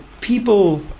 people